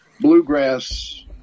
bluegrass